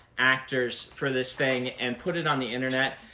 actors for this thing and put it on the internet.